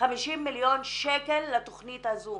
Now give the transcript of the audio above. לתכנית הזו.